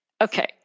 Okay